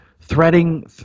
threading